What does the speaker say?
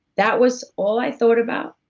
that was all i thought about,